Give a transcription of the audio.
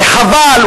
וחבל.